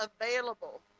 available